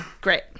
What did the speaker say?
great